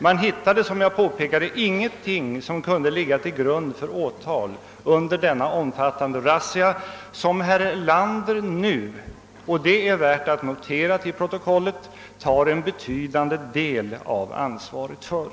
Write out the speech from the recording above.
Man hittade, såsom jag framhöll, ingenting som kunde ligga till grund för åtal under denna omfattande razzia, som herr Erlander nu — och det är värt att notera till protokollet — tar en betydande del av ansvaret för.